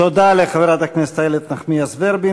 תודה לחברת הכנסת איילת נחמיאס ורבין.